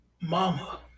Mama